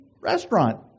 restaurant